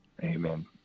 Amen